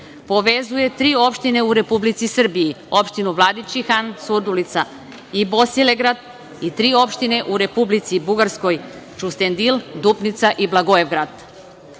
Povezuje tri opštine u Republici Srbiji - opštinu Vladičin han, Surdulicu i Bosilegrad i tri opštine u Republici Bugarskoj - Ćustendil, Dupnica i Blagoevgrad. Koridor